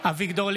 אביגדור ליברמן,